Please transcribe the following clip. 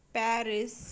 Paris